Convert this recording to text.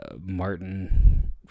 Martin